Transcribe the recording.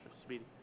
Speedy